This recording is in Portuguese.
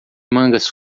mangas